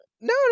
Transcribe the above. No